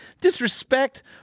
disrespect